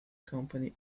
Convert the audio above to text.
company